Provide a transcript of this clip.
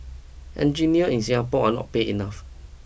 engineers in Singapore are paid enough